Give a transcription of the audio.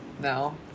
No